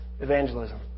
Evangelism